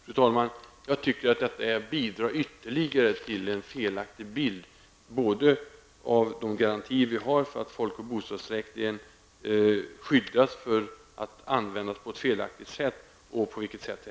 Fru talman! Jag tycker att detta bidrar ytterligare till en felaktig bild av de garantier vi har för att folkoch bostadsräkningen skyddas från att användas på ett felaktigt sätt.